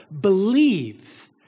believe